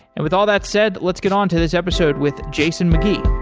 and with all that said, let's get on to this episode with jason mcgee.